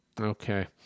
Okay